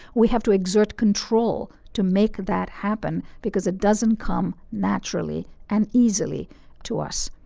we have to exert control to make that happen because it doesn't come naturally and easily to us.